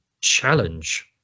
Challenge